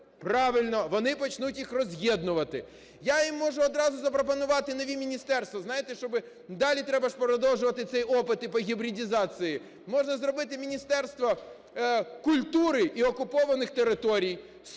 Правильно, вони почнуть їх роз'єднувати. Я їм можу одразу запропонувати нові міністерства, знаєте, щоби далі треба ж продовжувати ці опити по гібридизації. Можна зробити міністерство культури і окупованих територій,